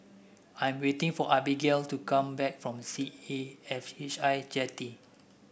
I'm waiting for Abbigail to come back from C A F H I Jetty